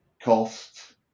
cost